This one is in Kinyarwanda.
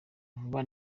vuba